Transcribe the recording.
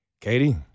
Katie